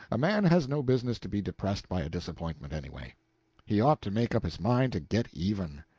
a man has no business to be depressed by a disappointment, anyway he ought to make up his mind to get even.